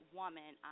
woman